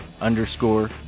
underscore